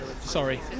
sorry